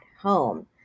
Home